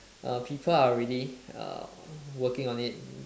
uh people are already uh working on it